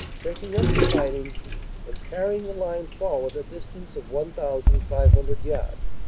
taking up the fighting and carrying the line forward a dis tance of one thousand five hundred yards.